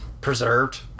preserved